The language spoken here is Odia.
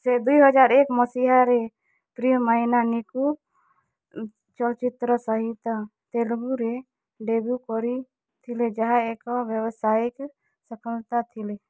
ସେ ଦୁଇ ହଜାର ଏକ ମସିହାରେ ପ୍ରିୟମାଇନାନିକୁ ଚଳଚ୍ଚିତ୍ର ସହିତ ତେଲୁଗୁରେ ଡ଼େବ୍ୟୁ କରିଥିଲେ ଯାହା ଏକ ବ୍ୟବସାୟିକ ସଫଳତା ଥିଲା